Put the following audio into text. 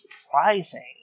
surprising